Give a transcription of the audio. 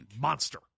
monster